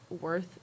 worth